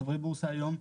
חברי הבורסה היום,